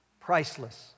priceless